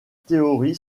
théorie